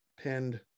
pinned